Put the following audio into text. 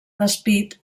despit